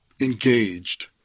engaged